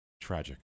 Tragic